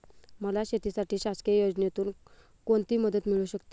मला शेतीसाठी शासकीय योजनेतून कोणतीमदत मिळू शकते?